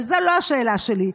אבל זו לא השאלה שלי.